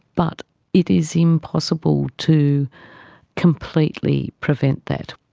but it is impossible to completely prevent that.